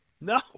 No